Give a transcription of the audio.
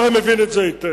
אתה הרי מבין את זה היטב.